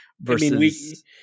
versus